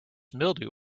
mildew